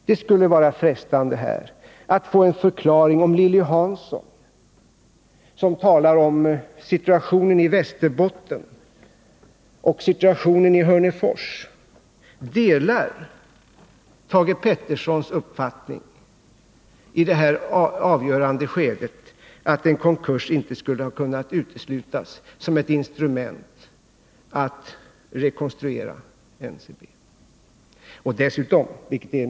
Det skulle vara frestande att be om ett svar på frågan, om Lilly Hansson, som talade om situationen i Västerbotten och situationen i Hörnefors, delade Thage Petersons uppfattning i detta avgörande skede — att en konkurs inte skulle kunnat uteslutas som ett instrument att rekonstruera NCB.